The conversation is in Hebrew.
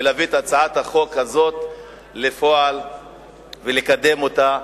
ולהביא את הצעת החוק הזאת ולקדם אותה.